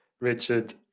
Richard